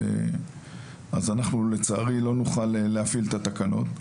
אז אנחנו לצערי לא נוכל להפעיל את התקנות.